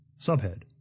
Subhead